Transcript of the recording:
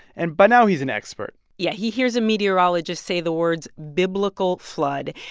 and by now, he's an expert yeah. he hears a meteorologist say the words biblical flood,